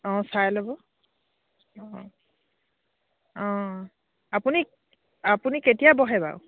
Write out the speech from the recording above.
অঁ চাই ল'ব অঁ অঁ আপুনি আপুনি কেতিয়া বহে বাৰু